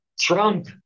Trump